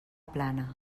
plana